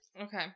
Okay